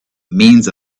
means